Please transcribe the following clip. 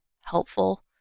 helpful